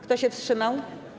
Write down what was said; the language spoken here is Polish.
Kto się wstrzymał?